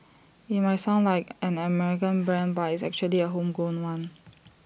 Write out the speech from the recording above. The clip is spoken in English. IT might sound like an American brand but it's actually A homegrown one